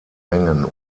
mengen